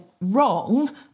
wrong